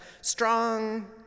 strong